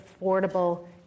affordable